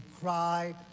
cry